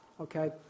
okay